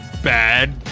bad